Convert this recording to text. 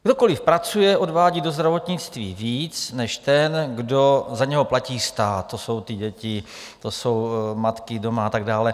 Kdokoli pracuje, odvádí do zdravotnictví víc než ten, za něhož platí stát, to jsou děti, matky doma a tak dále.